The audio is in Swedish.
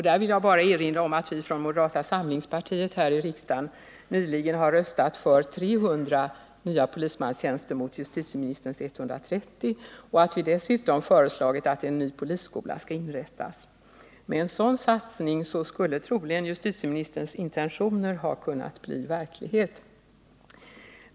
Där vill jag bara erinra om att vi från moderata samlingspartiet här i riksdagen nyligen har röstat för 300 nya polismanstjänster mot justitieministerns 130 och att vi dessutom har föreslagit att en ny polisskola skall inrättas. Med en sådan satsning skulle justitieministerns intentioner troligen ha kunnat bli verklighet.